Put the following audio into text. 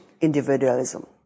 individualism